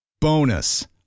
Bonus